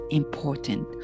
important